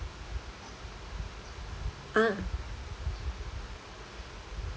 ah